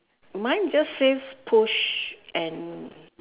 mine just says push and